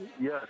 Yes